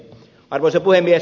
arvoisa puhemies